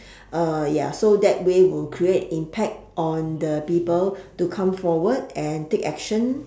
uh ya so that way we'll create impact on the people to come forward and take action